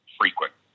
frequent